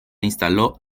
instaló